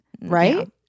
Right